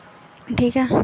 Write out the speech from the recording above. ठीक ऐ